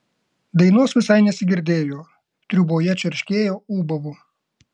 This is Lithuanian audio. dainos visai nesigirdėjo triūboje čerškėjo ūbavo